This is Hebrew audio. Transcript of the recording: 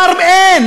אין.